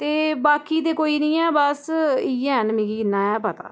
ते बाकी ते कोई निं हैन बस इ'यै मिगी इ'न्ना गै पता